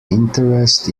interest